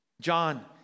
John